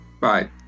bye